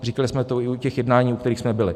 Říkali jsme to i u těch jednání, u kterých jsme byli.